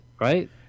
right